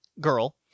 girl